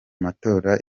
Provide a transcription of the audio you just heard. matora